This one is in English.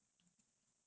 mm